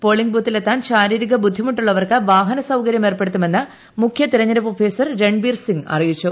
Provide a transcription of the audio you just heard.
polling ബൂത്തിൽ എത്താൻ ശാരീരിക ബുദ്ധിമുട്ടുള്ളവർക്ക് വാഹന സൌകര്യം ഏർപ്പെടുത്തുമെന്ന് മുഖ്യ തെരഞ്ഞെടുപ്പ് ഓഫീസർ രൺബീർ സിംഗ് അറിയിച്ചു